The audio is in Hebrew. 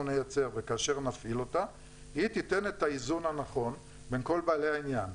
נייצר וכאשר נפעיל אותה היא תיתן את האיזון הנכון בין כל בעלי העניין.